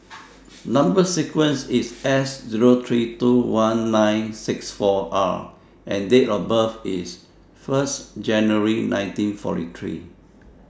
Number sequence IS S Zero three two one nine six four R and Date of birth IS one January nineteen forty three